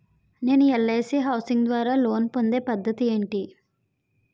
నేను LIC housing ద్వారా loan పొందే పద్ధతి ఏంటి?